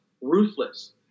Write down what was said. ruthless